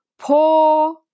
poor